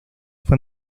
fue